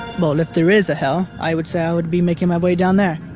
well, if there is a hell, i would say i would be making my way down there.